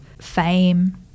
fame